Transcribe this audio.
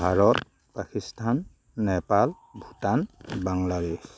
Bharat Pakistan Nepal Bhutan Bangladesh